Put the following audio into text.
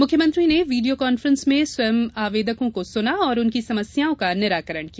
मुख्यमंत्री ने video conference में स्वयं आवेदकों को सुना और उनकी समस्याओं का निराकरण किया